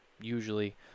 Usually